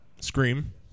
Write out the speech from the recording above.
Scream